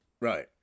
Right